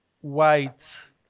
white